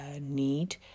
need